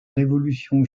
révolution